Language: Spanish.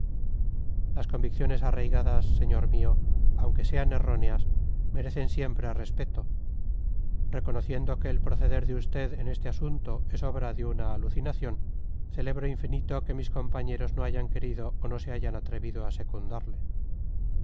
las convicciones arraigadas señor mío aunque sean erróneas merecen siempre respeto reconociendo que el proceder de usted en este asunto es obra de una alucinación celebro infinito que mis compañeros no hayan querido o no se hayan atrevido a secundarle